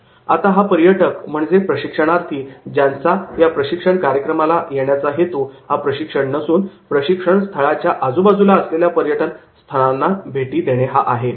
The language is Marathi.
वेळ 4419 आता हा पर्यटक म्हणजे असे प्रशिक्षणार्थी ज्यांचा या प्रशिक्षण कार्यक्रमाला घेण्याचा हेतू हा प्रशिक्षण नसून प्रशिक्षणस्थळाच्या आजूबाजूला असलेल्या पर्यटन स्थानांना भेटी देणे हा आहे